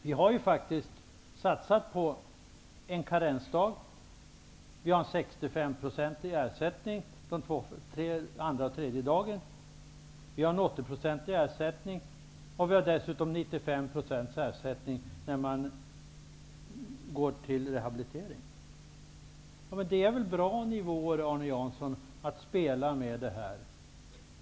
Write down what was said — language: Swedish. Vi har faktiskt satsat på en karensdag, en 65-procentig ersättning utgår från den andra eller tredje sjukdagen och i nästa steg en 80-procentig ersättning. Dessutom utgår Arne Jansson! De här nivåerna är väl bra att spela med.